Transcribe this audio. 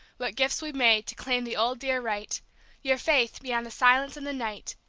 what gifts we may, to claim the old, dear right your faith, beyond the silence and the night,